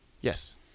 Yes